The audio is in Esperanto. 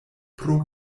pro